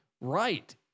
right